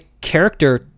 character